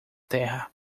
terra